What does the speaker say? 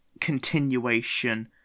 continuation